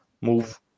move